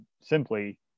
simply